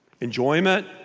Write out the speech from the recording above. Enjoyment